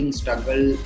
struggle